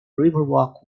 riverwalk